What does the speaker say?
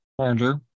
Andrew